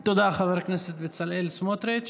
תודה, חבר הכנסת בצלאל סמוטריץ'.